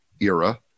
era